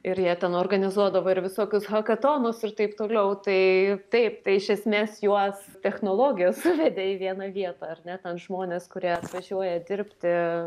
ir jie ten organizuodavo ir visokius hakatonus ir taip toliau tai taip tai iš esmės juos technologijos suvedė į vieną vietą ar ne ten žmonės kurie atvažiuoja dirbti